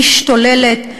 משתוללת,